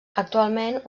actualment